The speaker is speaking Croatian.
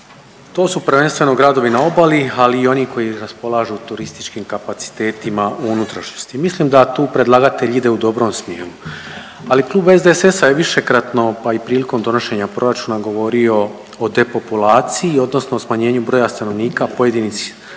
To su prvenstveno gradovi na obali, ali i oni koji raspolažu turističkim kapacitetima u unutrašnjosti. Mislim da tu predlagatelj ide u dobrom smjeru. Ali klub SDSS-a je višekratno, pa i prilikom donošenja proračuna govorio o depopulaciji, odnosno o smanjenju broja stanovnika pojedinih